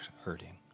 hurting